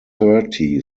thirty